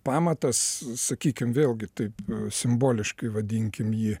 pamatas sakykim vėlgi taip simboliškai vadinkim jį